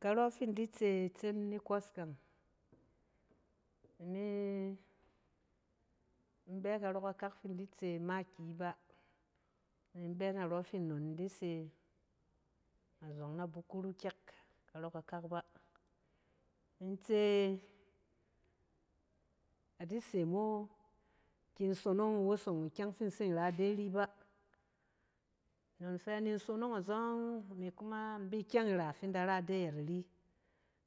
Karↄ findi tse itsen nikↄs kang, imi in bɛ karↄ kakak fin di tse makiyi ba. In bɛ narↄng fi nnon in dise azↄng na bukuru kyɛk, karↄ kakak ba. In tse adi se mo kin sonong n wosong ikyɛng fin tsin ra ide ari ba. Nnon fɛ nin sonong azↄng, imi kuma in bi kyɛng ira fin da ra ide ayɛt ari.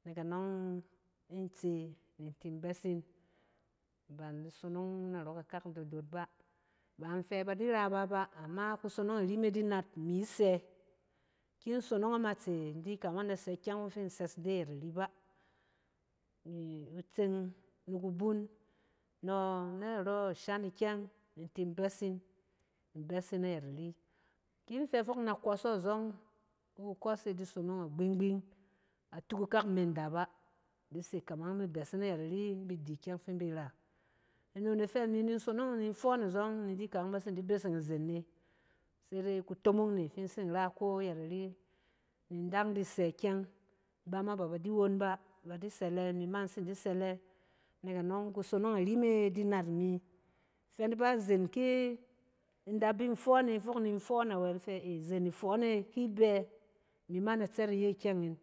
Nek anↄng, kin tse ni in tin besin ba imi sonong narↄ kakak dodot ba. Ba in fɛ ba di raba bɛ, ama kusmong ari me di nat imi sɛ. kin sonong na matse in di kamang in dasɛ ikyɛng ↄng fin sɛs ide ayet ari ba. nɛ kutseng nikubun, nↄ narↄ shan ikyɛng ni in tin bɛsin, in bɛsin ayɛt ari. In fɛ fok in da kↄsↄ azↄng, ko kusↄk e sonong agbining-gbing. Atuk akak in menda ba, adi se kamang imi bɛsin ayɛt ari in bin di kyɛng fin bin ra. Nnon e fɛ mi nin sonong ni in fↄↄn azↄng, ni in di kamang bat sin di beseng izen ne. sai dai kutomong ne fin tsin ra ko ayɛt ari ni in dang di sɛ kyɛng. Iba ma b aba di won ba, ba di sɛlɛ, imi ma in tsin di sɛlɛ. Nek anↄng kusonong ai me di nat imi. fɛ nib a, izen ke-in da bin fↄↄn e fok ni in fↄↄn awɛ in fɛ izen ifↄↄn e ki bɛ imi ma in da tsɛt iye ikyɛng in